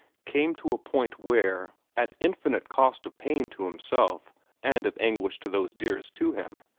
came to a point where, at infinite cost of pain to himself and of anguish to those dearest to him,